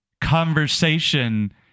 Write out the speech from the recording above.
conversation